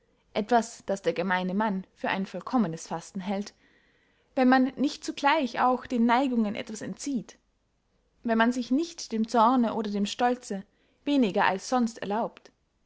etwas das der gemeine mann für ein vollkommenes fasten hält wenn man nicht zugleich auch den neigungen etwas entzieht wenn man nicht dem zorne oder dem stolze weniger als sonst erlaubt